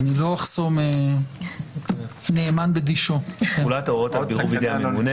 "תקנה 109ה תחולת ההוראות על בירור בידי הממונה.